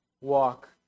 walk